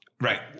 Right